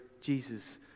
Jesus